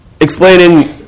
explaining